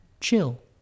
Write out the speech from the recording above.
chill